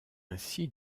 ainsi